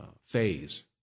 phase